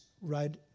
right